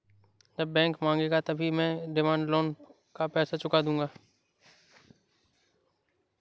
जब बैंक मांगेगा तभी मैं डिमांड लोन का पैसा चुका दूंगा